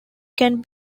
can